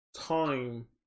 time